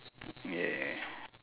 yeah